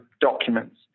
documents